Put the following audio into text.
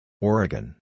Oregon